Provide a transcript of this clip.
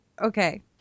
okay